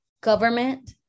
government